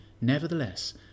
Nevertheless